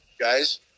guys